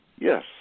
Yes